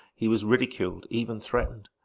he was ridiculed, even threatened.